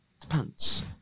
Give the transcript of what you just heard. Depends